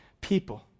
people